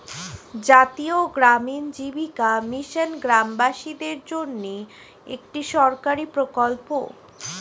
জাতীয় গ্রামীণ জীবিকা মিশন গ্রামবাসীদের জন্যে একটি সরকারি প্রকল্প